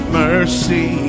mercy